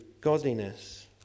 godliness